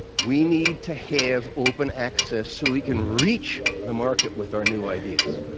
we need to have open access so we can reach the market with our new ideas.